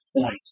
point